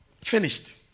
finished